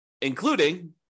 including